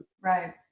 Right